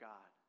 God